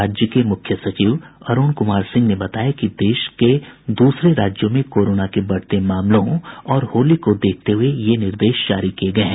राज्य के मुख्य सचिव अरूण कुमार सिंह ने बताया कि देश के दूसरे राज्यों में कोरोना के बढ़ते मामलों और होली को देखते हुए ये निर्देश जारी किये गये हैं